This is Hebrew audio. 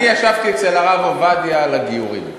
אני ישבתי אצל הרב עובדיה על הגיורים.